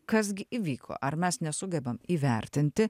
kas gi įvyko ar mes nesugebam įvertinti